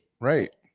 Right